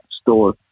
store